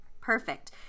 perfect